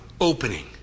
Opening